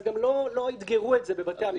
אז גם לא אתגרו את זה בבתי המשפט.